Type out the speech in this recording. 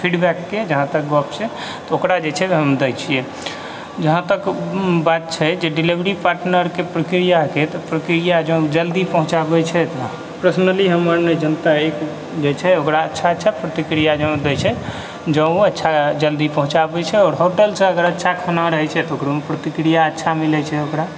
फीडबैकके जहाँ तक गप छै तऽ ओकरा जे छै हम दै छियै जहाँ तक बात छै जे डिलिवरी पार्टनरके प्रतिक्रियाके तऽ प्रतिक्रिया जौं जल्दी पहुँचाबै छथि ने पर्सनली हमर जे नेचर अछि ओकरा अच्छा अच्छा प्रतिक्रिया दै छै जौं ओ अच्छा जल्दी पहुँचाबै छै आओर होटलसँ अगर अच्छा खाना रहै छै तऽ ओकरो प्रतिक्रिया अच्छा मिलै छै ओकरा